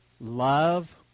love